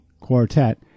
Quartet